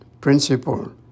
principle